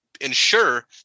ensure